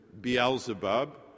Beelzebub